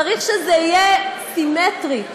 צריך שזה יהיה סימטרי,